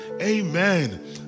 Amen